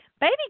Baby